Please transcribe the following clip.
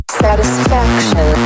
satisfaction